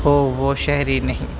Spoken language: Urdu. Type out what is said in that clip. ہو وہ شہری نہیں